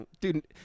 Dude